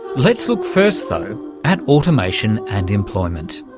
let's look first though at automation and employment.